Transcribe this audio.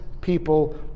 people